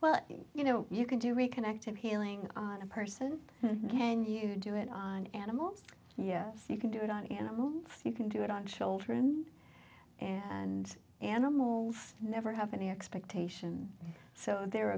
well you know you can do reconnecting healing on a person can you do it on animals yes you can do it on the animal you can do it on children and animals never have any expectation so they're